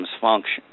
function